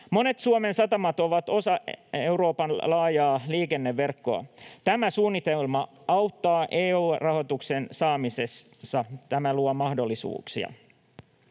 Monet Suomen satamat ovat osa Euroopan laajuista liikenneverkkoa. Tämä suunnitelma auttaa EU-rahoituksen saamisessa. Tämä luo mahdollisuuksia.